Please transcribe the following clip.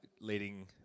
leading